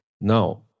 Now